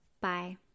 Bye